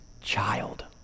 child